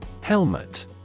Helmet